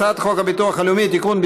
הצעת חוק הביטוח הלאומי (תיקון,